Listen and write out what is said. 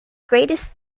greatest